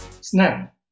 Snap